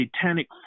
satanic